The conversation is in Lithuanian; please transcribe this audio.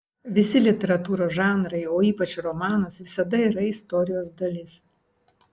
visi literatūros žanrai o ypač romanas visada yra istorijos dalis